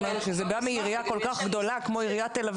אני אומרת שזה בא מעירייה כל כך גדולה כמו עיריית תל אביב,